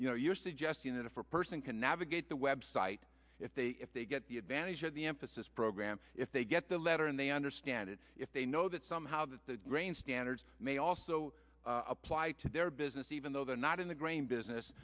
you know you're suggesting that if a person can navigate the web site if they if they get the advantage of the emphasis program if they get the letter and they understand it if they know that somehow that the grain standards may also apply to their business even though they're not in the grain business